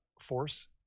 force